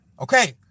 Okay